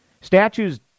Statues